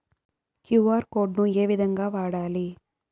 QR code ను ఏ విధంగా వాడాలి?